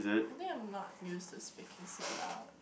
I think I'm not used to speaking so loud